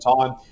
time